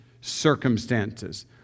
circumstances